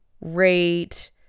rate